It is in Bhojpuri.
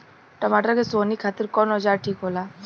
टमाटर के सोहनी खातिर कौन औजार ठीक होला?